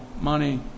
money